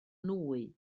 nwy